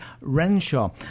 Renshaw